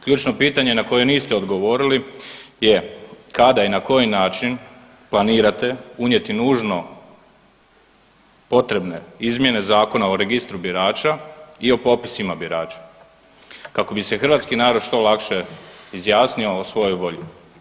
Ključno pitanje na koje niste odgovorili je kada i na koji način planirate unijeti nužno potrebne izmjene Zakona o registru birača i o popisima birača kako bi se hrvatski narod što lakše izjasnio o svojoj volji?